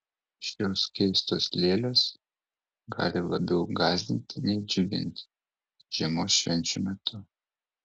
šios keistos lėlės gali labiau gąsdinti nei džiuginti žiemos švenčių metu